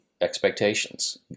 expectations